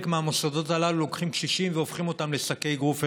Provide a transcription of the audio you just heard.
מהמוסדות הללו לוקחים קשישים והופכים אותם לשקי אגרוף אנושיים,